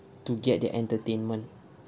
to get their entertainment